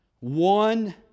One